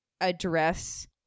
address